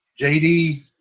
JD